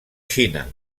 xina